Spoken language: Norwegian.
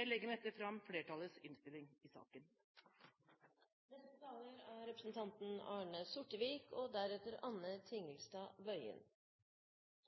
Jeg legger med dette fram flertallets innstilling i saken. Etter mange bompengesakdebatter i Stortinget og etter mer enn seks timers budsjettdebatt tror jeg det er